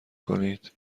کنید